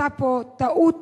היתה פה טעות.